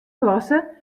klasse